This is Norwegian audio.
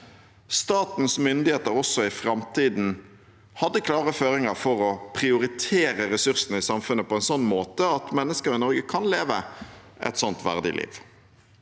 statens myndigheter også i framtiden hadde klare føringer for å prioritere ressursene i samfunnet på en sånn måte at mennesker i Norge kan leve et verdig liv.